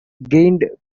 gained